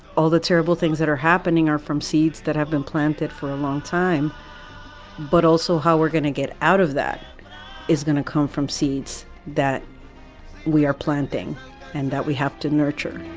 all the terrible things that are happening are from seeds that have been planted for a long time but also how we're gonna get out of that is going to come from seeds that we are planting and that we have to nurture.